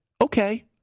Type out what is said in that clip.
okay